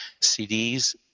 CDs